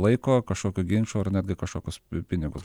laiko kažkokio ginčo ar netgi kažkokius pinigus